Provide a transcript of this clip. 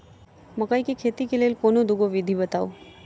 मकई केँ खेती केँ लेल कोनो दुगो विधि बताऊ?